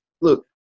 look